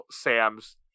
Sam's